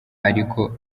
ariko